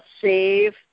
save